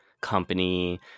company